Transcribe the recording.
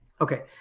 Okay